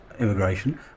immigration